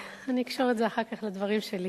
אני אקשור את זה אחר כך לדברים שלי